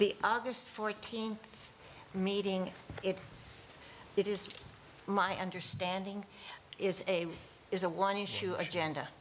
the august fourteenth meeting if it is my understanding is a is a one issue of gend